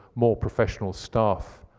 more professional staff